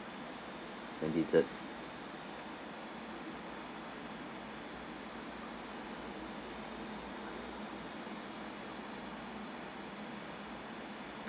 desserts